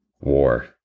war